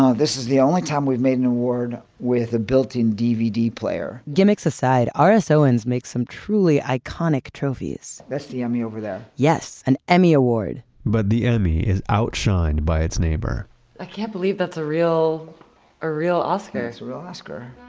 um this is the only time we've made an award with a built-in dvd player gimmicks aside, r s. owens makes some truly iconic trophies that's the emmy over there yes, an emmy award but the emmy is outshined by its neighbor i can't believe that's a real oscar it's a real oscar